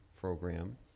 program